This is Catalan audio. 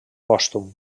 pòstum